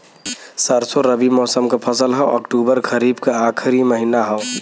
सरसो रबी मौसम क फसल हव अक्टूबर खरीफ क आखिर महीना हव